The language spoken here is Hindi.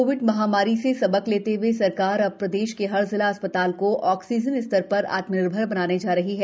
कोविड महामारी से सबक लेते हए सरकार अब प्रदेश के हर जिला अस्पताल को अब ऑक्सीजन के स्तर पर आत्मनिर्भर बनाने जा रही है